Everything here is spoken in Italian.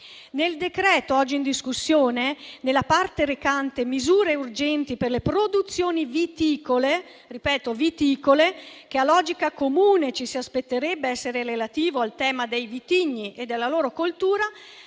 Nel decreto oggi in discussione, nella parte recante misure urgenti per le produzioni viticole, che a logica comune ci si aspetterebbe essere relative al tema dei vitigni e della loro coltura,